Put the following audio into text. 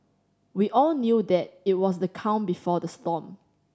we all knew that it was the calm before the storm